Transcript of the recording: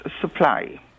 supply